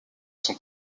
son